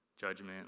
Judgment